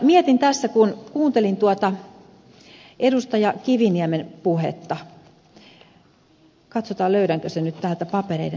mietin tässä kun kuuntelin edustaja kiviniemen puhetta katsotaan löydänkö sen nyt täältä papereiden seasta